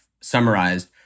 summarized